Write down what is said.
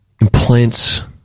implants